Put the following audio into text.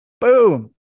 Boom